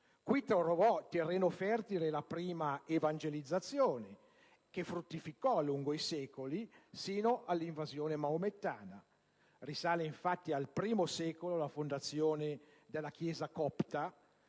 Qui trovò terreno fertile la prima evangelizzazione che fruttificò lungo i secoli, sino all'invasione maomettana. Risale, infatti, al I secolo la fondazione della Chiesa copta,